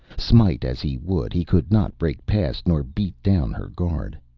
smite as he would, he could not break past nor beat down her guard.